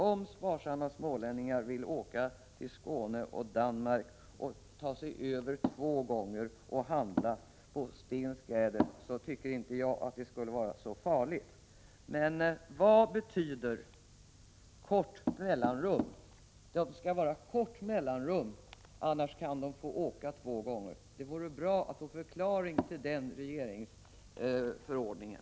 Om sparsamma smålänningar vill åka till Skåne och Danmark och ta sig över två gånger och handla, kan jag inte tycka att det är så farligt. Låt mig fråga: Vad betyder ”kort mellanrum”? Om det inte är kort mellanrum får de åka och handla. Det kunde vara bra att få en förklaring till den formuleringen.